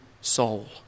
soul